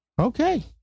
Okay